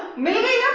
me